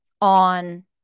on